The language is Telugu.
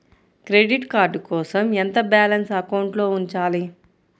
క్రెడిట్ కార్డ్ కోసం ఎంత బాలన్స్ అకౌంట్లో ఉంచాలి?